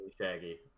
Shaggy